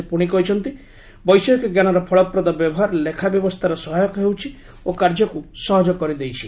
ସେ ପ୍ରଣି କହିଛନ୍ତି ବୈଷୟିକ ଜ୍ଞାନର ଫଳପ୍ରଦ ବ୍ୟବହାର ଲେଖା ବ୍ୟବସ୍ଥାରେ ସହାୟକ ହେଉଛି ଓ କାର୍ଯ୍ୟକୁ ସହଜ କରିଦେଇଛି